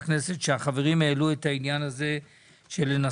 הכנסת ואני אבקש להניח על שולחן הכנסת שהחברים העלו